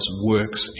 works